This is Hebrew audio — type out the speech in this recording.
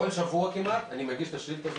כל שבוע כמעט אני מגיש את השאילתה הזאת.